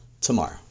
tomorrow